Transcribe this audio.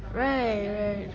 right right